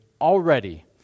already